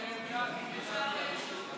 חוק הגז (בטיחות ורישוי)